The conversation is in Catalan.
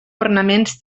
ornaments